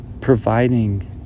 Providing